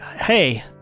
hey